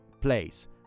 place